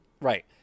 Right